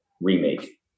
remake